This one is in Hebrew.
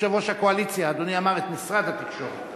יושב-ראש הקואליציה, אדוני אמר: את משרד התקשורת.